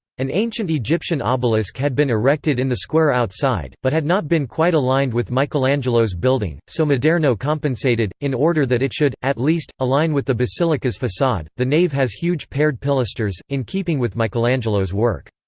an ancient egyptian ah obelisk had been erected in the square outside, but had not been quite aligned with michelangelo's building, so maderno compensated, in order that it should, at least, align with the basilica's facade the nave has huge paired pilasters, in keeping with michelangelo's work.